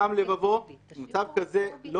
ייתכן שהמקרים הלא טיפוסיים ימצאו את פתרונם -- אני